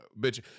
bitch